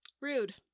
Rude